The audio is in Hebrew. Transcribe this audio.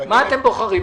מה אתם בוחרים,